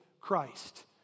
Christ